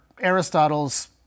Aristotle's